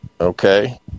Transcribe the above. Okay